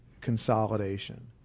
consolidation